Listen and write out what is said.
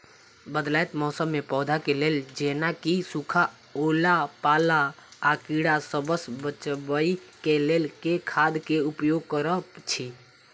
बदलैत मौसम मे पौधा केँ लेल जेना की सुखा, ओला पाला, आ कीड़ा सबसँ बचबई केँ लेल केँ खाद केँ उपयोग करऽ छी?